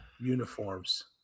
uniforms